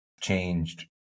changed